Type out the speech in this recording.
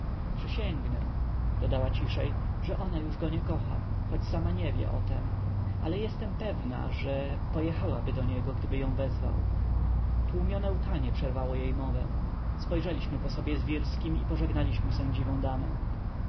przysięgnę dodała ciszej że ona go już nie kocha choć sama nie wie o tem ale jestem pewna że pojechałaby do niego gdyby ją wezwał tłumione łkanie przerwało jej mowę spojrzeliśmy po sobie z wirskim i pożegnaliśmy sędziwą damę